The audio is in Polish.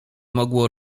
mogło